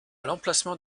l’emplacement